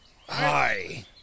Hi